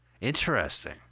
Interesting